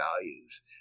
values